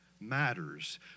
matters